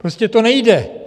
Prostě to nejde!